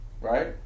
Right